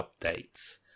updates